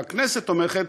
והכנסת תומכת,